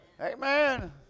Amen